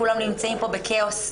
כולם נמצאים פה בכאוס.